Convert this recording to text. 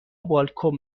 بالکن